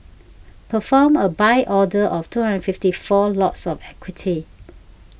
perform a buy order of two hundred fifty four lots of equity